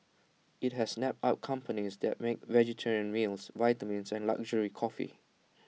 IT has snapped up companies that make vegetarian meals vitamins and luxury coffee